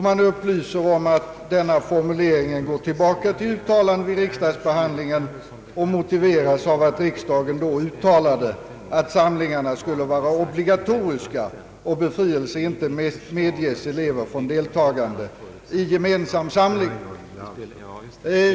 Man upplyser om att denna formulering går tillbaka till uttalanden vid riksdagsbehandlingen 1964 och motiveras av att riksdagen då uttalade att samlingarna skulle vara obligatoriska och befrielse inte medges elever från deltagande i gemensam samling.